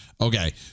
Okay